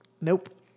Nope